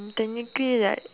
mm technically like